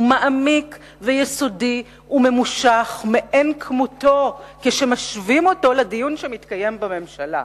מעמיק ויסודי וממושך מאין כמותו כשמשווים אותו לדיון שמתקיים בממשלה.